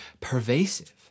pervasive